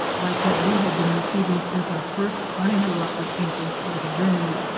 like what we had been receiving since our first uninterrupted entrance into germany.